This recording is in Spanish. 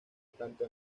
tanto